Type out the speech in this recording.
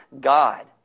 God